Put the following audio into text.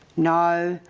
know,